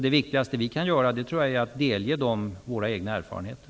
Det viktigaste vi kan göra tror jag är att delge dem våra egna erfarenheter.